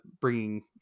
bringing